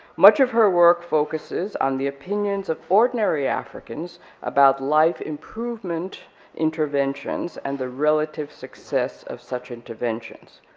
much of her work focuses on the opinions of ordinary africans about life improvement interventions and the relative success of such interventions.